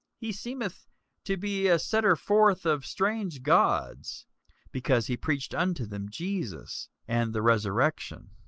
he seemeth to be a setter forth of strange gods because he preached unto them jesus, and the resurrection.